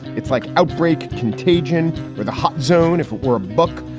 it's like outbreak contagion, where the hot zone if were a book.